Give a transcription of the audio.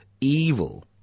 evil